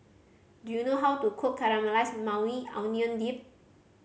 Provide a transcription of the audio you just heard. do you know how to cook Caramelized Maui Onion Dip